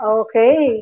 okay